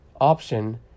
option